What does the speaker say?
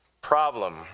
problem